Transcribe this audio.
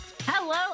Hello